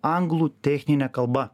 anglų technine kalba